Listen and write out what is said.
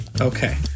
Okay